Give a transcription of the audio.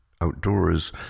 outdoors